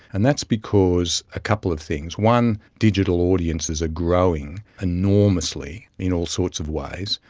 and that's because, a couple of things. one, digital audiences are growing enormously in all sorts of ways.